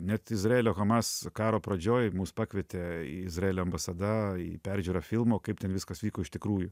net izraelio hamas karo pradžioj mus pakvietė į izraelio ambasada į peržiūrą filmo kaip ten viskas vyko iš tikrųjų